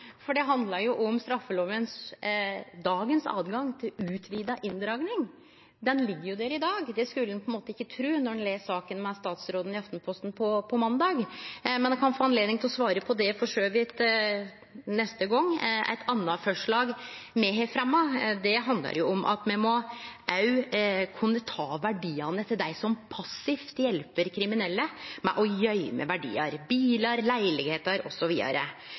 for det handla jo om den tilgangen ein i dag har i straffeloven til utvida inndraging. Det ligg jo der i dag, og det skulle ein på ein måte ikkje tru når ein les saka med statsråden i Aftenposten på måndag. Men ho kan få anledning til å svare på det, for så vidt, neste gong. Eit anna forslag me har fremja, handlar om at me òg må kunne ta verdiane til dei som passivt hjelper kriminelle med å gøyme verdiar: bilar, leilegheiter,